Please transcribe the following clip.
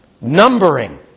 numbering